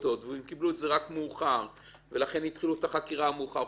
והם קיבלו את זה מאוחר ולכן התחילו את החקירה מאוחר,